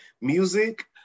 Music